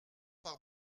par